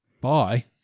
Bye